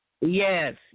Yes